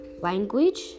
language